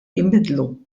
jinbidlu